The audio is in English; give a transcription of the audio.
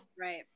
right